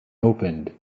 opened